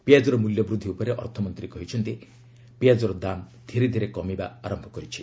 ପିଆକର ମୂଲ୍ୟବୃଦ୍ଧି ଉପରେ ଅର୍ଥମନ୍ତ୍ରୀ କହିଛନ୍ତି ପିଆଜର ଦାମ୍ ଧୀରେ ଧୀରେ କମିବା ଆରମ୍ଭ କରିଛି